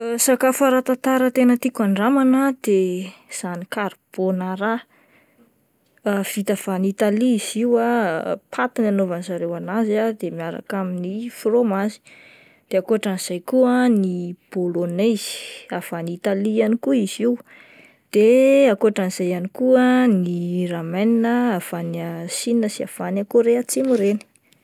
Sakafo ara-tantara tena tiako handramana de izany karibônarà, vita avy any Italia izy io paty no anaonany zareo anazy ah de miaraka amin'ny fromazy, de akotran'izay koa ny bôlônaizy avy any Italia ihany koa izy io de akoatran'izay ihany koa ny ramen any Sina sy avy any Korea Atsimo ireny.